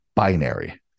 binary